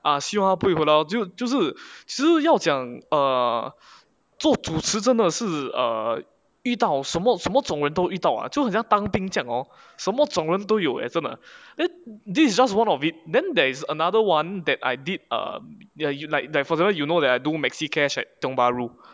ah 希望他不会回来 lor 就就是其实要讲 err 做主持真的是 err 遇到什么什么种人都遇到 ah 就是像当兵将 hor 什么总人都有 eh 真的 then this is just one of it then there is another one that I did um ya you'd like the for example you know that I do maxi cash at tiong bahru